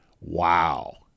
Wow